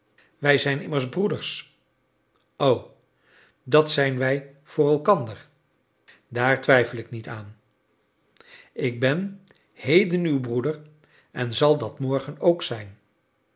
wij zijn immers broeders o dat zijn wij voor elkander daar twijfel ik niet aan ik ben heden uw broeder en zal dat morgen ook zijn